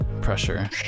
Pressure